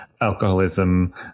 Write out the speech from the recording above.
alcoholism